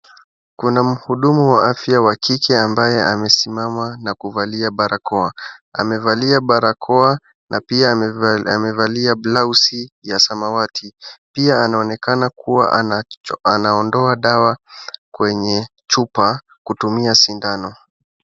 Kuna mhudumu wa afya wa kike ambaye amesimama na kuvalia barakoa, amevalia barakoa na pia ameva, amevalia blouse ya samawati. Pia anaonekana kuwa anacho, anaondoa dawa kwenye chupa kutumia sindano.